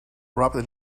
wrapped